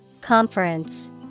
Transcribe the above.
Conference